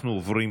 אנחנו עוברים,